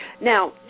Now